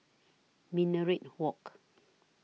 Minaret Walk